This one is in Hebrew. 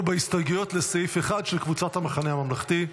אנחנו בהסתייגויות לסעיף 1 של קבוצת המחנה הממלכתי.